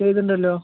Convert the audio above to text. ചെയ്തിട്ടുണ്ടല്ലൊ